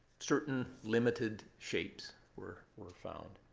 certain limited shapes were were found.